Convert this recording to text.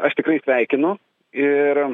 aš tikrai sveikinu ir